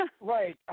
Right